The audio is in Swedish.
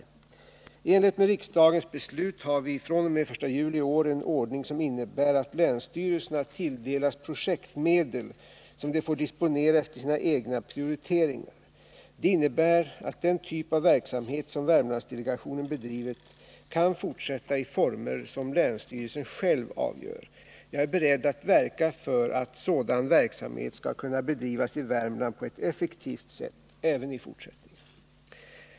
I enlighet med riksdagens beslut har vi fr.o.m. den I juli i år en ordning som innebär att länsstyrelserna tilldelas projektmedel, som de får disponera efter sina egna prioriteringar. Det innebär att den typ av verksamhet som Värmlandsdelegationen bedrivit kan fortsätta i former som länsstyrelsen själv avgör. Jag är beredd att verka för att sådan verksamhet skall kunna bedrivas i Värmland på ett effektivt sätt även i fortsättningen.